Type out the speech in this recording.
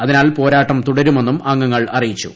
അതിനാൽ പോരാട്ടം തുട്ടരൂമ്മെന്നും അംഗങ്ങൾ അറിയിച്ചു